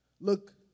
look